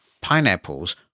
pineapples